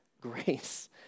grace